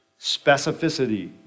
specificity